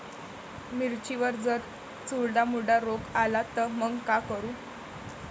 मिर्चीवर जर चुर्डा मुर्डा रोग आला त मंग का करू?